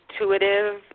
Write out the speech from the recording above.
intuitive